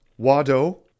Wado